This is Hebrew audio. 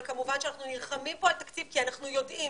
אבל כמובן שאנחנו נלחמים פה על התקציב כי אנחנו יודעים